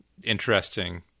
interesting